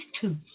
two